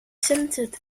centred